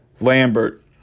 Lambert